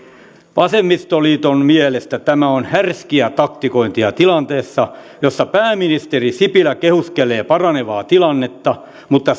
vasemmistoliiton mielestä tämä on härskiä taktikointia tilanteessa jossa pääministeri sipilä kehuskelee paranevaa tilannetta mutta